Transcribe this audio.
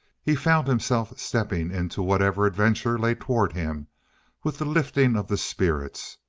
he found himself stepping into whatever adventure lay toward him with the lifting of the spirits.